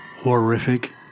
Horrific